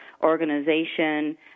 organization